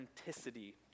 Authenticity